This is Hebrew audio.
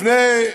לפני,